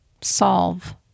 solve